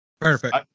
Perfect